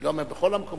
אני לא אומר בכל המקומות,